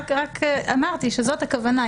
רק אמרתי שזאת הכוונה.